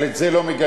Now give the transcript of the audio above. אבל את זה לא מגלים.